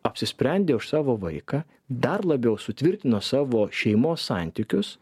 apsisprendė už savo vaiką dar labiau sutvirtino savo šeimos santykius